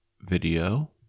video